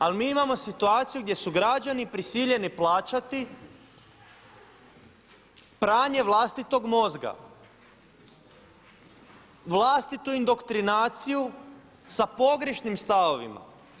Ali mi imamo situaciju gdje su građani prisiljeni plaćati pranje vlastitog mozga, vlastitu indoktrinaciju sa pogrešnim stavovima.